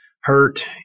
hurt